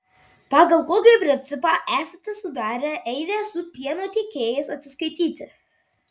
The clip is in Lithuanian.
pagal kokį principą esate sudarę eilę su pieno tiekėjais atsiskaityti